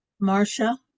Marcia